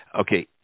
Okay